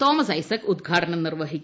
Thomas Isaac ഉദ്ഘാടനം നിർവഹിക്കും